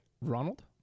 Ronald